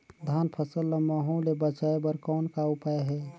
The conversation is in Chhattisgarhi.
धान फसल ल महू ले बचाय बर कौन का उपाय हे?